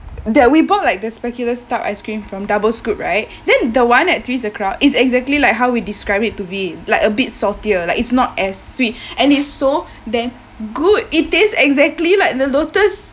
that we bought like the speculoos type ice cream from double scoop right then the one at three's a crowd is exactly like how we describe it to be like a bit saltier like it's not as sweet and it's so damn good it tastes exactly like the lotus